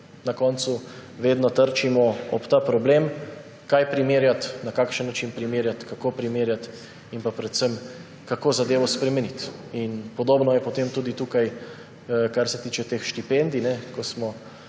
na koncu vedno trčimo ob problem, kaj primerjati, na kakšen način primerjati, kako primerjati, in predvsem, kako zadevo spremeniti. Podobno je potem tudi tukaj, kar se tiče teh štipendij, kot smo